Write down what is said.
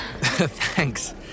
Thanks